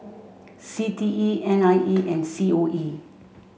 C T E N I E and C O E